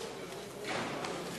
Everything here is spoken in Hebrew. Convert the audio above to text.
הישיבה